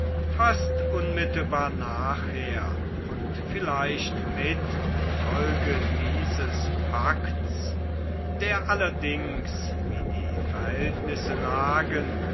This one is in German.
fast unmittelbar nachher und vielleicht mit infolge dieses pakts der allerdings wie die verhältnisse lagen